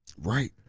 right